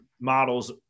models